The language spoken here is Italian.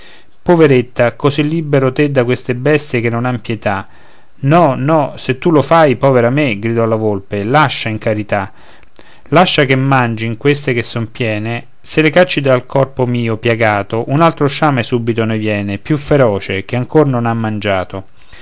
poveretta così libero te da queste bestie che non han pietà no no se tu lo fai povera me gridò la volpe lascia in carità lascia che mangin queste che son piene se le cacci dal corpo mio piagato un altro sciame subito ne viene più feroce che ancor non ha mangiato